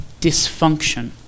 dysfunction